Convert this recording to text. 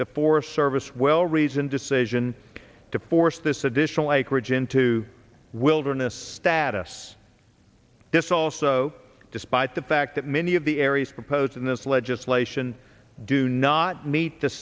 the forest service well reasoned decision to force this additional acreage into wilderness status this also despite the fact that many of the areas proposed in this legislation do not meet the